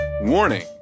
Warning